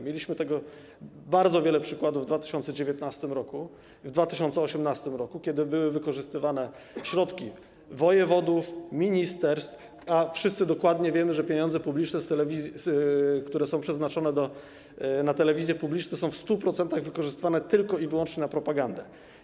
Mieliśmy tego bardzo wiele przykładów w 2019 r., w 2018 r., kiedy były wykorzystywane środki wojewodów, ministerstw, a wszyscy dokładnie wiemy, że pieniądze publiczne, które są przeznaczone na telewizję publiczną, są w 100% wykorzystywane tylko i wyłącznie na propagandę.